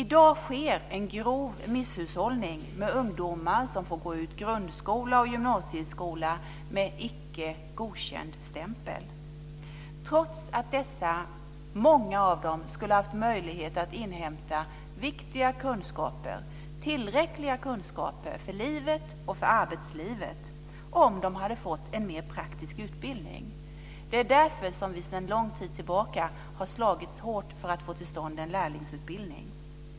I dag sker en grov misshushållning med ungdomar som får gå ut grundskola och gymnasieskola med en Icke godkänd-stämpel, trots att många av dem skulle ha haft möjlighet att inhämta viktiga och tillräckliga kunskaper för livet och för arbetslivet, om de hade fått en mer praktisk utbildning. Det är därför som vi sedan lång tid tillbaka har slagits hårt för att få till stånd en lärlingsutbildning.